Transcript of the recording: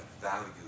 value